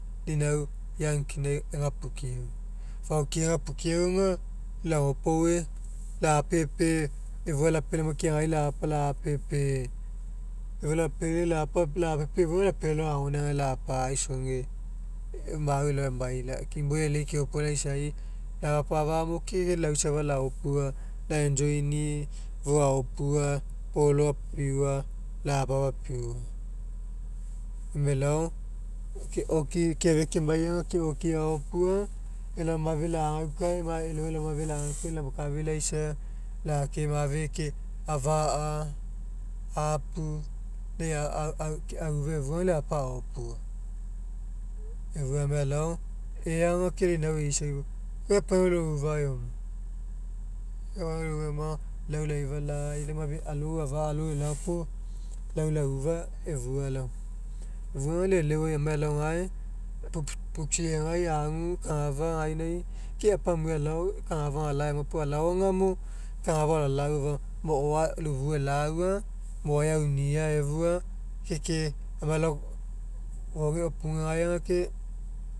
Lau inau eagu ke lau egapukiau faokiai egapukiau aga lagopoue lapepe. Efua lapealai la lapepe efua aga lapealai lalao agoainagai lapa aisoge mau elao emai ke imoi e'elei keopua laisa lapa afagamo mo ke lau safa laopua lajoini'i fou aopua polo apiua lapa apiua emai elao ke oki keafia kemai aga ke oki aopua elao mafe laagaukae lamai lalao mage lagaukae lakafilaisa lake mafe ke afa'a apu lai a aufa efua aga lai apa aopua. Efua amai alao ea aga ke lau inau eisa ke kai epainio loifa eoma gaeoma aga lau laifa lau mafe afa'a alou elao puo lau laufa efua laoma. Efua aga lau e'eleuai amai alao gae pupu puksy egai agu afa gainai ke apamue alao kagafa gala'a eoma puo alao ago mo kagafa alaua efua mo a ela'aua mo eaunia efua ke amai alao gae aga ke.